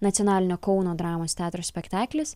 nacionalinio kauno dramos teatro spektaklis